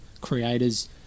creators